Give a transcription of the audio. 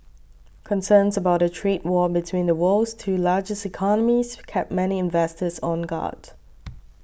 concerns about a trade war between the world's two largest economies kept many investors on guard